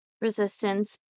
resistance